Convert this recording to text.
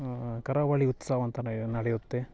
ಕರಾವಳಿ ಉತ್ಸವ ಅಂತ ನ ನಡೆಯುತ್ತೆ